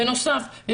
בנוסף,